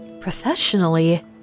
professionally